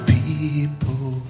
people